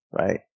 right